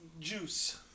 Juice